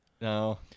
No